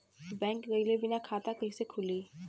Bank गइले बिना खाता कईसे खुली?